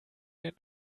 der